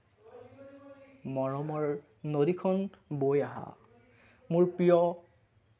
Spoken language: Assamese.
মৰমৰ নদীখন বৈ আহা মোৰ প্ৰিয়